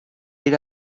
est